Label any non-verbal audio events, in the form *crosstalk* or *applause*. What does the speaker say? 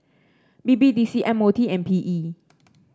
B B D C M O T and P E *noise*